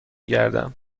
گردم